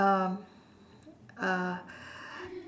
um uh